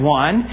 one